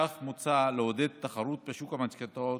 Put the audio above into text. כך מוצע לעודד תחרות בשוק המשכנתאות,